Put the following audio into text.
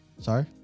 Sorry